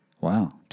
Wow